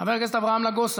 חבר הכנסת מאיר כהן,